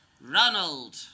Ronald